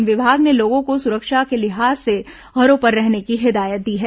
one विभाग ने लोगों को सुरक्षा के लिहाज से घरों पर रहने की हिदायत दी है